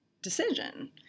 decision